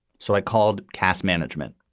so i called case management.